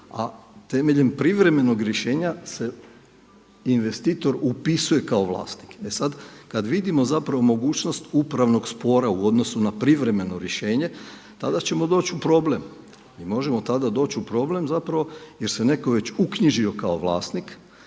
A temeljem privremenog rješenja se investitor upisuje kao vlasnik. E sad, kada vidimo zapravo mogućnost upravnog spora u odnosu na privremeno rješenje tada ćemo doći u problem i možemo tada doći u problem zapravo jer se netko već uknjižio kao vlasnik,